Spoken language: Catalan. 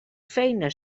feina